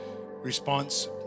response